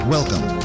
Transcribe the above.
Welcome